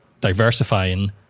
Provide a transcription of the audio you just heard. diversifying